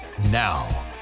now